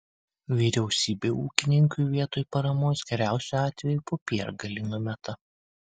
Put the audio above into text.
vyriausybė ūkininkui vietoj paramos geriausiu atveju popiergalį numeta